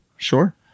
Sure